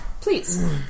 please